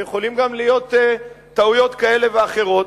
ויכולות גם להיות טעויות כאלה ואחרות,